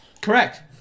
Correct